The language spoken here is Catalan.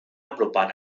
apropant